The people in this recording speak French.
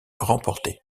remportés